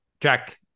jack